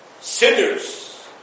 sinners